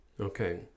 Okay